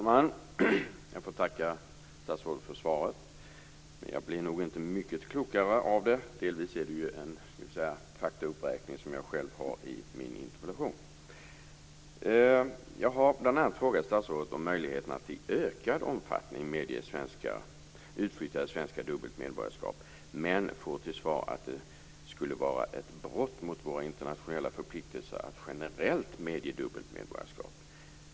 Fru talman! Jag får tacka statsrådet för svaret. Jag blev inte mycket klokare av det. Det är en faktauppräkning som redan finns i min interpellation. Jag har bl.a. frågat statsrådet om möjligheterna att i ökad omfattning medge utflyttade svenskar dubbelt medborgarskap, men får till svar att det skulle vara ett brott mot våra internationella förpliktelser att generellt medge dubbelt medborgarskap.